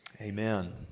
Amen